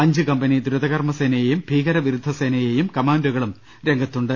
അഞ്ച് കമ്പനി ദ്രുതകർമ്മ സേനയും ഭീകരവിരുദ്ധ സേനയും കമാൻഡോകളും രംഗത്തുണ്ട്